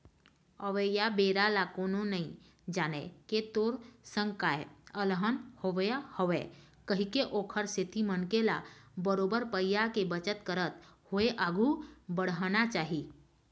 अवइया बेरा ल कोनो नइ जानय के तोर संग काय अलहन होवइया हवय कहिके ओखर सेती मनखे ल बरोबर पइया के बचत करत होय आघु बड़हना चाही